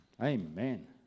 Amen